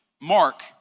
Mark